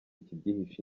kibyihishe